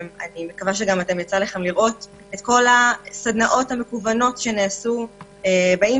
אני מקווה שיצא לכם לראות את כל הסדנאות המקוונות שנעשו באינטרנט,